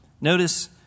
Notice